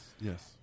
yes